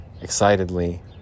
Excitedly